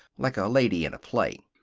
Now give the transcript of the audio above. like a lady in a play.